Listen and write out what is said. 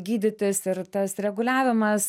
gydytis ir tas reguliavimas